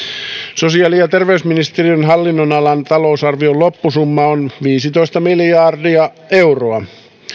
sosiaali ja terveysministeriön hallinnonalan talousarvion loppusumma on viisitoista miljardia euroa